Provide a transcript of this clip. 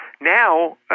Now